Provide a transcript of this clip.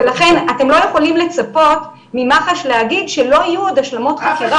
ולכן אתם לא יכולים לצפות ממח"ש להגיד שלא יהיו עוד השלמות חקירה.